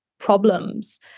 problems